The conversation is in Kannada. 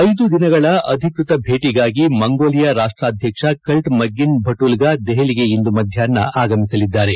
ಐದು ದಿನಗಳ ಅಧಿಕೃತ ಭೇಟಗಾಗಿ ಮಂಗೋಲಿಯಾ ರಾಷ್ಪಾಧ್ಯಕ್ಷ ಖಲ್ಟ್ ಮಗ್ಗಿನ್ ಭಟುಲ್ಗಾ ದೆಹಲಿಗೆ ಇಂದು ಮಧ್ಯಾಹ್ನ ಆಗಮಿಸಲಿದ್ದಾರೆ